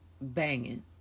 Banging